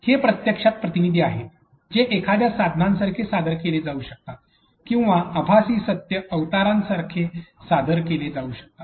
हे प्रत्यक्षात प्रतिनिधी आहेत जे एखाद्या साधनासारखे सादर केले जाऊ शकतात किंवा आभासी सत्य अवतारांसारखे सादर केले जाऊ शकतात